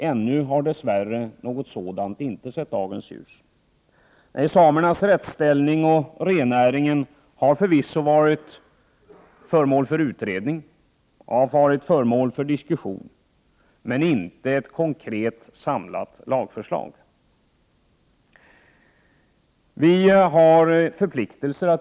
Ännu har dess värre denna inte sett dagens ljus. Nej, samernas rättsställning och rennäringen har förvisso varit föremål för utredning och diskussion, men det har inte kommit något konkret, samlat lagförslag. Vi har förpliktelser.